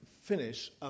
finish